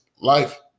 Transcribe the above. life